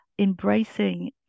embracing